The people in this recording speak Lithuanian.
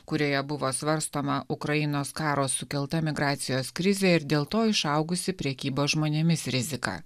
kurioje buvo svarstoma ukrainos karo sukelta migracijos krizė ir dėl to išaugusi prekyba žmonėmis rizika